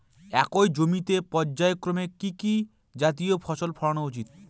একই জমিতে পর্যায়ক্রমে কি কি জাতীয় ফসল ফলানো উচিৎ?